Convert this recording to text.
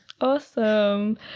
Awesome